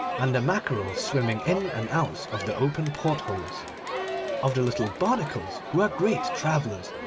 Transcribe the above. and the mackerel swimming in and out of the open portholes of the little barnacles who are great travellers,